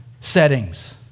settings